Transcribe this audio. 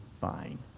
fine